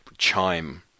Chime